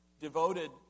devoted